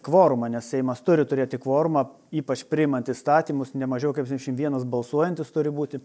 kvorumą nes seimas turi turėti kvorumą ypač priimant įstatymus nemažiau kaip septynšim vienas balsuojantis turi būti